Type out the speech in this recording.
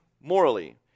morally